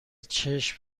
چشم